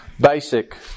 basic